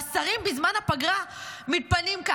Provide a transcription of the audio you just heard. והשרים בזמן הפגרה מתפנים,